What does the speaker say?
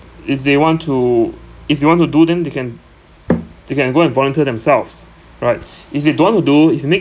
if they want to if they want to do then they can they can go and volunteer themselves right if they don't want to do if you make